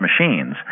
Machines